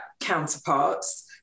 counterparts